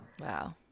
Wow